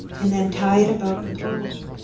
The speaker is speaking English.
and then tie it about the pole.